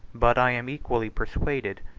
but i am equally persuaded,